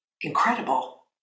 incredible